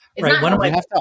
Right